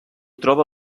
troba